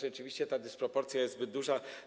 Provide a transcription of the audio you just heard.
Rzeczywiście ta dysproporcja jest zbyt duża.